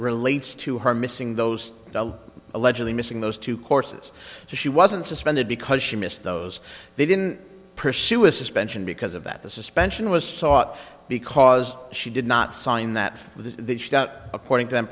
relates to her missing those allegedly missing those two courses so she wasn't suspended because she missed those they didn't pursue a suspension because of that the suspension was sought because she did not sign that the according to them